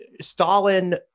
Stalin